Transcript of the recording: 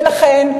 ולכן,